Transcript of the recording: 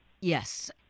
Yes